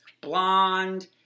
blonde